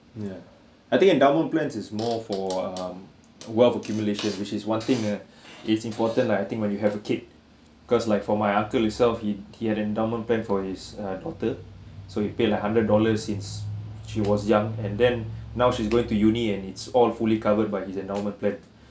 ya I think endowment plans is more for um wealth accumulation which is one thing ah it's important lah I think when you have a kid cause like for my uncle itself he he had endowment plan for his uh daughter so he pay like hundred dollar since she was young and then now she's going to uni and it's all fully covered by his endowment plan